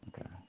Okay